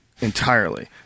entirely